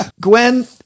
Gwen